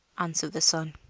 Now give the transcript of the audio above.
answered the son.